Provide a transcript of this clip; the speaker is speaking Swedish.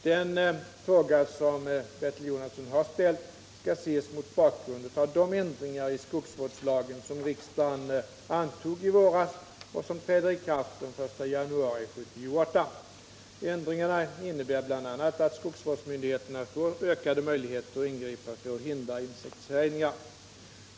Den fråga som Bertil Jonasson har ställt skall ses mot bakgrund av de ändringar i skogsvårdslagen som riksdagen antog i våras och som träder i kraft den 1 januari 1978. Ändringarna innebär bl.a. att skogsvårdsmyndigheterna får ökade möjligheter att ingripa för att hindra insektshärjningar.